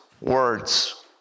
words